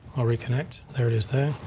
i'll reconnect, there it is there,